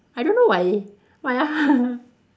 I don't know why why ah